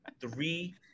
Three